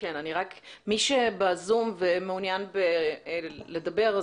מי שב-זום ומעוניין לדבר,